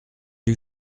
eût